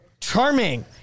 Charming